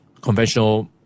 conventional